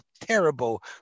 terrible